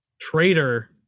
Traitor